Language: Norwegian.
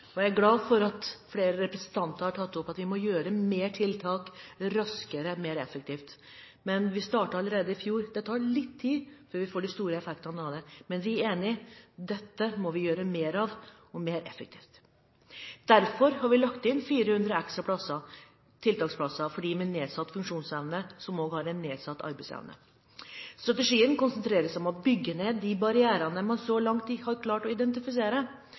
og jeg er glad for at flere representanter har tatt opp det at vi må komme med tiltak raskere, og de må være mer effektive. Vi startet allerede i fjor, men det tar litt tid før vi får de store effektene av det, men vi er enige: Dette må vi gjøre mer av – og mer effektivt. Derfor har vi lagt inn 400 ekstra tiltaksplasser for dem med nedsatt funksjonsevne som også har en nedsatt arbeidsevne. Strategien konsentrerer seg om å bygge ned de barrierene man så langt har klart å identifisere.